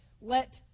Let